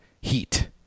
Heat